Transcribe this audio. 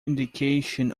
indication